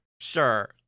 Sure